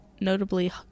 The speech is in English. notably